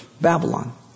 Babylon